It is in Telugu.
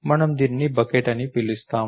మనము దీనిని బకెట్ అని పిలుస్తాము